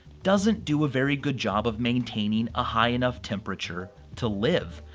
doesn't do a very good job of maintaining a high enough temperature to live.